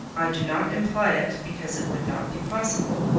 i do not imply it, because it would not be possible,